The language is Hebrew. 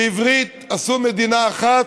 בעברית עשו מדינה אחת.